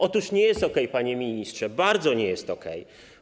Otóż nie jest okej, panie ministrze, bardzo nie jest okej.